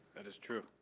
that is true.